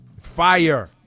Fire